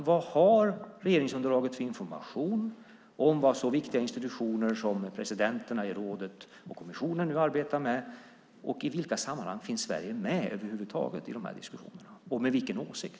Vilken information har regeringsunderlaget om vad så viktiga institutioner som presidenterna i rådet och kommissionen nu arbetar med? I vilka sammanhang finns Sverige med över huvud taget i de diskussionerna - och med vilken åsikt?